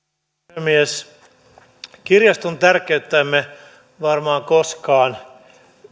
puhemies kirjaston tärkeyttä emme varmaan koskaan